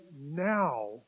now